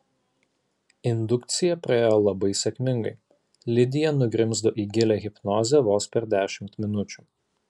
indukcija praėjo labai sėkmingai lidija nugrimzdo į gilią hipnozę vos per dešimt minučių